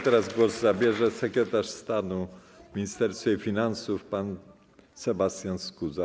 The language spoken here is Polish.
Teraz głos zabierze sekretarz stanu w Ministerstwie Finansów pan Sebastian Skuza.